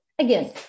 Again